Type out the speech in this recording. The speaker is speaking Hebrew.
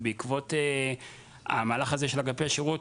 ובעקבות המהלך הזה של אגפי שירות,